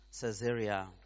Caesarea